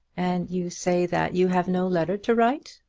and you say that you have no letter to write.